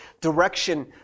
direction